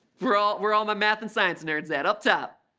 we're all we're all my math and science nerds add up top